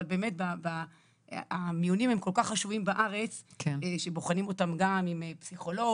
אבל באמת המיונים הם כל כך חשובים בארץ שבוחנים אותן גם עם פסיכולוג,